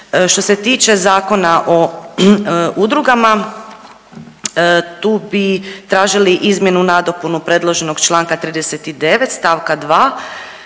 Što se tiče Zakona o udrugama tu bi tražili izmjenu i nadopunu predloženog čl. 39. st. 2.